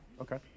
Okay